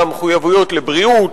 מהמחויבויות לבריאות,